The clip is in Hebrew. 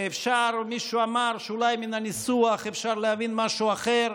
ומישהו אמר שאולי מן הניסוח אפשר להבין משהו אחר,